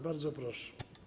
Bardzo proszę.